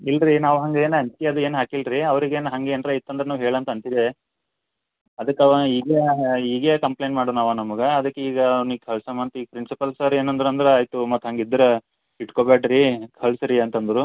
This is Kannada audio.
ಇಲ್ಲ ರೀ ನಾವು ಹಂಗೇನು ಅಂಜಿಕೆ ಅದು ಏನು ಹಾಕಿಲ್ಲ ರೀ ಅವ್ರಿಗೇನು ಹಂಗೆ ಏನರ ಇತ್ತಂದರೆ ನಾವು ಹೇಳಂತ ಅಂತಿದ್ದೆ ಅದಕ್ಕೆ ಅವ ಈಗ್ನೇ ಈಗ್ಲೇ ಕಂಪ್ಲೇನ್ ಮಾಡಾನವ ನಮ್ಗೆ ಅದಕ್ಕೀಗ ಅವ್ನಿಗೆ ಕಳ್ಸೋಮ ಅಂತ ಈಗ ಪ್ರಿನ್ಸಿಪಾಲ್ ಸರ್ ಏನಂದ್ರು ಅಂದರೆ ಆಯಿತು ಮತ್ತು ಹಾಗಿದ್ರೆ ಇಟ್ಟುಕೋಬೇಡ್ರಿ ಕಳಿಸ್ರೀ ಅಂತಂದರು